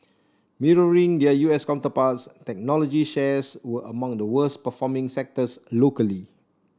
mirroring their U S counterparts technology shares were among the worst performing sectors locally